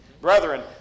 Brethren